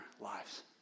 lives